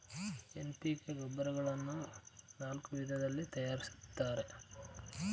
NPK ಗೊಬ್ಬರಗಳನ್ನು ನಾಲ್ಕು ವಿಧದಲ್ಲಿ ತರಯಾರಿಸ್ತರೆ